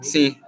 Sim